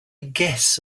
guess